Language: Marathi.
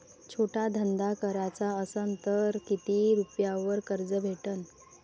छोटा धंदा कराचा असन तर किती रुप्यावर कर्ज भेटन?